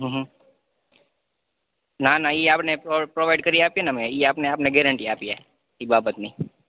હ હ ના ના ઈ આપણને પ્રોવાઈડ કરી આપી એને અમે ઈ આપને આપને ગેરંટી આપીયે ઈ બાબતની